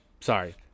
sorry